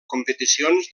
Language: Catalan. competicions